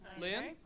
Lynn